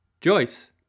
Joyce